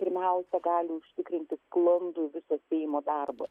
pirmiausia gali užtikrinti sklandų viso seimo darbą